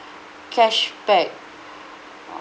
cashback